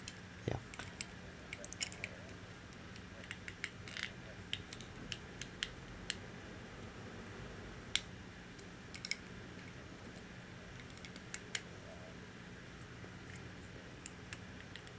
ya